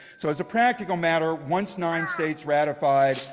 so as a practical matter once nine states ratified,